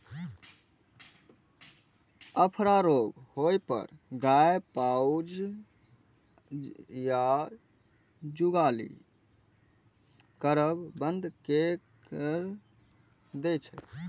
अफरा रोग होइ पर गाय पाउज या जुगाली करब बंद कैर दै छै